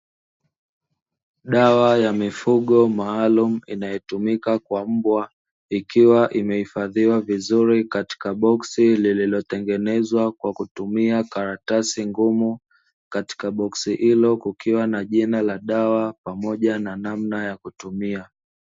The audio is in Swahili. Dawa ya mifugo maalumu inayotumika kwa mbwa, ikiwa imehifadhiwa vizuri katika boksi lililo tengenezwa kwa kutumia karatasi ngumu katika boksi ilo kukiwa na jina la dawa pamoja na namna ya kutumia.